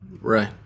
Right